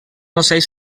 ocells